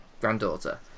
granddaughter